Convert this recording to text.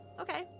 Okay